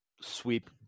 sweep